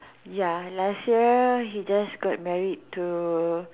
ya last year he just got married to